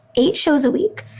eight shows a week.